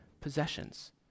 possessions